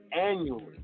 annually